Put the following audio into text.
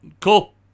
Cool